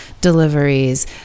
deliveries